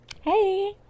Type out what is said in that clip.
Hey